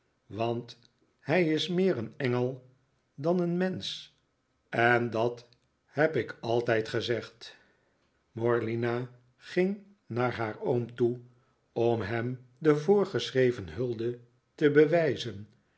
want hij is meer een engel dan een mensch en dat heb ik altijd gezegd morlina ging naar haar oom toe om hem de voorgeschreven hulde te bewijzen